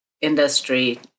industry